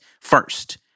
first